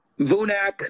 Vunak